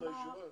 אמר,